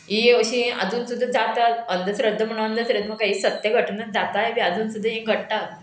ही अशी आजून सुद्दां जाता अंधश्रद्धा म्हण अंधश्रद्धा म्हाका ही सत्य घटना जाताय बी आजून सुद्दां हें घडटा